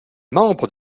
membre